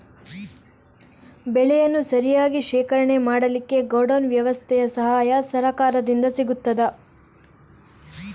ಬೆಳೆಯನ್ನು ಸರಿಯಾಗಿ ಶೇಖರಣೆ ಮಾಡಲಿಕ್ಕೆ ಗೋಡೌನ್ ವ್ಯವಸ್ಥೆಯ ಸಹಾಯ ಸರಕಾರದಿಂದ ಸಿಗುತ್ತದಾ?